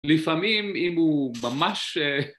‫לפעמים, אם הוא ממש...